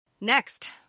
Next